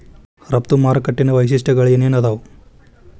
ರಫ್ತು ಮಾರುಕಟ್ಟಿದ್ ವೈಶಿಷ್ಟ್ಯಗಳೇನೇನ್ ಆದಾವು?